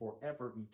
forever